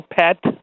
pet